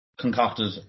concocted